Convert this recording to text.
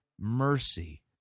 mercy